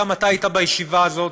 גם אתה היית בישיבה הזאת,